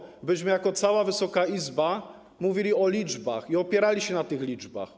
Chodzi o to, byśmy jako cała Wysoka Izba mówili o liczbach i opierali się na tych liczbach.